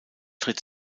tritt